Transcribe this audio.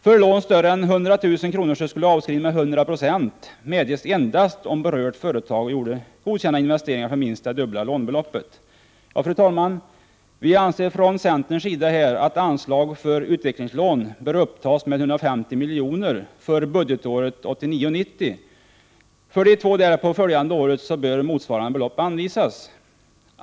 För lån större än 100 000 kr. skulle avskrivning med 100 926 medges endast om berört företag gjort godkända investeringar för minst det dubbla lånebeloppet. Fru talman! Vi anser från centerns sida att anslag för utvecklingslån bör upptas med 150 miljoner för budgetåret 1989/90. För de två därpå följande åren bör motsvarande belopp anvisas.